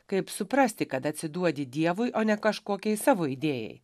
kaip suprasti kad atsiduodi dievui o ne kažkokiai savo idėjai